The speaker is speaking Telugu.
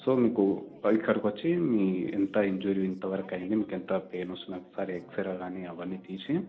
సో మీకు పైసరుకొచ్చి మీ ఎంత ఇంజూరీ ఎంత వరకయ్యింది మీకు ఎంత పెయిన్ వస్తుంది ఒకసారి ఎక్స్రేలన్నీ అవన్నీ తీసి